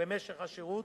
ומשך השירות,